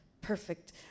perfect